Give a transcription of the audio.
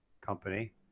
company